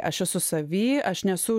aš esu savy aš nesu